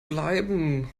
bleiben